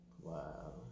Wow